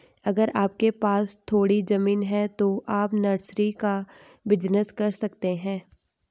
अगर आपके पास थोड़ी ज़मीन है तो आप नर्सरी का बिज़नेस कर सकते है